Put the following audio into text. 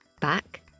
back